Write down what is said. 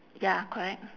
ya correct